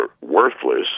worthless